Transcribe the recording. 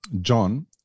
John